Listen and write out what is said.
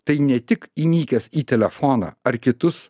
tai ne tik įnikęs į telefoną ar kitus